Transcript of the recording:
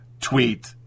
tweet